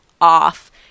off